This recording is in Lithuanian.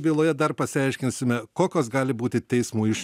byloje dar pasiaiškinsime kokios gali būti teismo iš